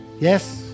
yes